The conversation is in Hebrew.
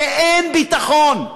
ואין ביטחון.